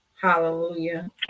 Hallelujah